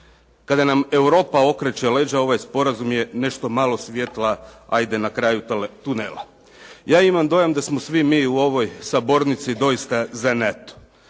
kada nam Europa okreće leđa, ovaj sporazum je nešto malo svijetla, hajde na kraju tunela. Ja imam dojam da smo svi mi u ovoj sabornici doista za